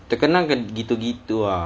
kita kenal gitu-gitu ah